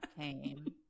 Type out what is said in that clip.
came